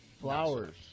Flowers